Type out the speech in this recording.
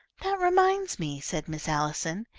that reminds me, said miss allison,